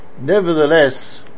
nevertheless